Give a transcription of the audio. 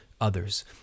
others